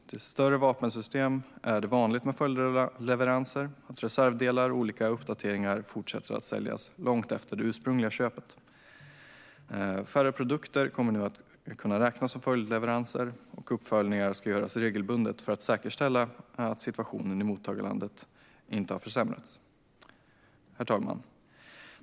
Till större vapensystem är det vanligt med följdleveranser och att reservdelar och olika uppdateringar fortsätter att säljas långt efter det ursprungliga köpet. Färre produkter kommer nu att kunna räknas som följdleveranser, och uppföljningar ska göras regelbundet för att säkerställa att situationen i mottagarlandet inte har försämrats. Herr talman!